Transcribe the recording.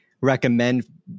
recommend